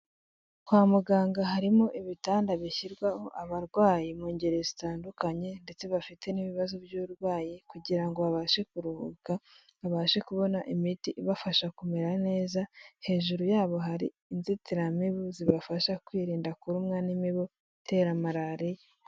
Kwa muganga harimo ibitanda bishyirwaho abarwayi mu ngeri zitandukanye ndetse bafite n'ibibazo by'uburwayi kugira ngo babashe kuruhuka, babashe kubona imiti ibafasha kumera neza, hejuru yabo hari inzitiramibu zibafasha kwirinda kurumwa n'imibu itera Malariya.